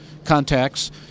Contacts